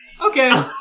Okay